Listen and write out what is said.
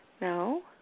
No